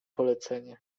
polecenie